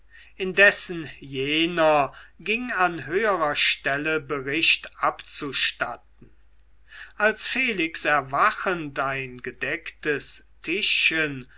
indessen jener ging an höherer stelle bericht abzustatten als felix erwachend ein gedecktes tischchen